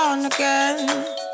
Again